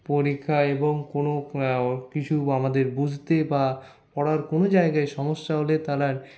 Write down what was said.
পরীক্ষা এবং কোনো কিছু আমাদের বুঝতে বা পড়ার কোনো জায়গায় সমস্যা হলে তারা